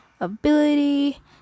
Ability